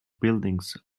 buildings